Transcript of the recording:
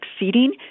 exceeding